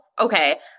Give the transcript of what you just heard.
okay